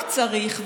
לא רק צריך,